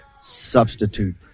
substitute